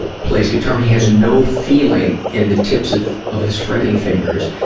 plays guitar. he has no feeling in the tips of, of his fretting fingers.